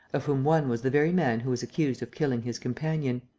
of whom one was the very man who was accused of killing his companion.